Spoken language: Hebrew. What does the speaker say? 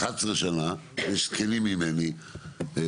11 שנה יש זקנים ממני,